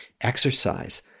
exercise